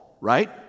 right